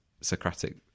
Socratic